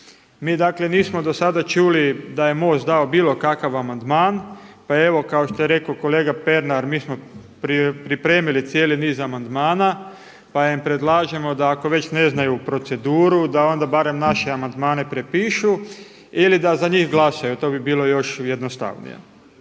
Mi dakle nismo do sada čuli da je MOST dao bilo kakav amandman pa evo kao što je rekao kolega Pernar mi smo pripremili cijeli niz amandmana pa im predlažemo da ako već ne znaju proceduru da onda barem naše amandmane prepišu ili da za njih glasuju, to bi bilo još jednostavnije.